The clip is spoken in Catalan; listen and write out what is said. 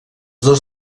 dos